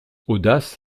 audace